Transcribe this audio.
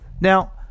Now